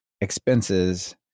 expenses